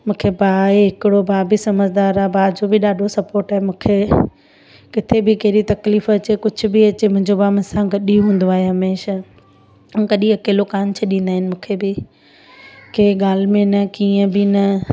मूंखे भाउ आहे हिकिड़ो भाउ बि समझदार भाउ जो बि ॾाढो सपोट आहे मूंखे किथे बि कहिड़ी तकलीफ़ अचे कुझु बि अचे मुंहिंजो भाउ मुसां गॾु ई हूंदो आहे हमेशह ऐं कॾहिं अकेलो कोन्ह छॾींदा आहिनि मूंखे बि कंहिं ॻाल्हि में न कीअं बि न